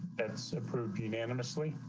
that's approved unanimously.